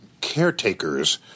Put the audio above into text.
caretakers